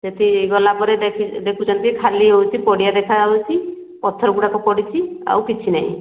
ସେଠି ଗଲାପରେ ଦେଖି ଦେଖୁଛନ୍ତି ଖାଲି ହେଉଛି ପଡ଼ିଆ ଦେଖାହେଉଛି ପଥର ଗୁଡ଼ା ପଡ଼ିଛି ଆଉ କିଛିନାହିଁ